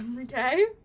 Okay